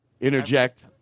Interject